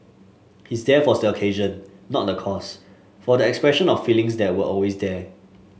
his death was the occasion not the cause for the expression of feelings that were always there